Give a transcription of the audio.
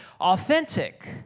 authentic